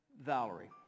valerie